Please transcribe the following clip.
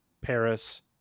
Paris